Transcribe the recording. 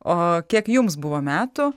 o kiek jums buvo metų